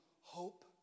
hope